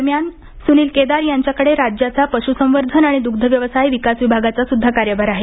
दरम्यान सुनील केदार यांच्याकडे राज्याचा पश्संवर्धन आणि दुग्धव्यवसाय विकास विभागाचा सुद्धा कार्यभार आहे